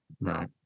No